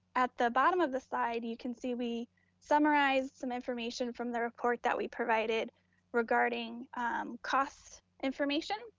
at the bottom of the slide, you can see we summarize some information from the report that we provided regarding cost information.